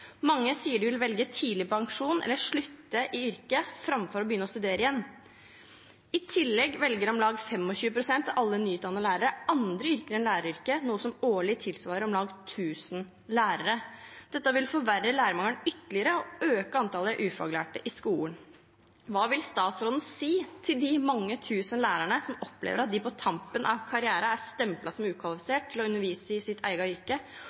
Mange sier de vil velge tidligpensjon eller slutte i yrket framfor å begynne å studere igjen. I tillegg velger om lag 25 pst. av alle nyutdannede lærere andre yrker enn læreryrket, noe som årlig tilsvarer om lag 1 000 lærere. Dette vil forverre lærermangelen ytterligere og øke antallet ufaglærte i skolen. Hva vil statsråden si til de mange tusen lærerne som opplever at de på tampen av karrieren er stemplet som ukvalifisert til å undervise i sitt eget yrke?